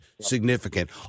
significant